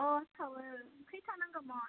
अ सावो खैथा नांगौमोन